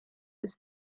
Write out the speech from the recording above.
was